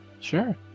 Sure